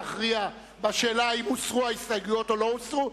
להכריע האם הוסרו ההסתייגויות או לא הוסרו,